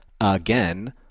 again